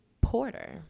Porter